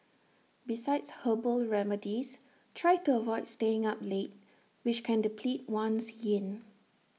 besides herbal remedies try to avoid staying up late which can deplete one's yin